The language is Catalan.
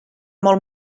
molt